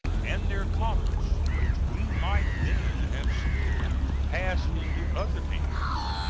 and their commerce, which we might then have secured, passed into other hands,